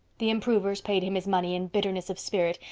the improvers paid him his money in bitterness of spirit,